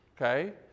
okay